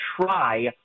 try